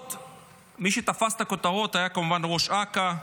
מי שתפס את הכותרות היה כמובן ראש אכ"א,